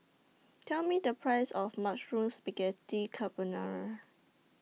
Tell Me The Price of Mushroom Spaghetti Carbonara